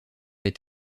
les